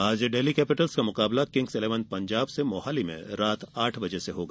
आज डेल्ही कैपिटल्स का मुकाबला किंग्स इलेवन पंजाब से मोहाली में रात आठ बजे होगा